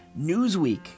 Newsweek